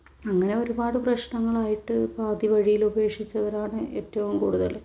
അങ്ങനെ ഒരുപാട് പ്രശ്നങ്ങളും ആയിട്ട് പാതിവഴിയിൽ ഉപേക്ഷിച്ചവരാണ് ഏറ്റവും കൂടുതൽ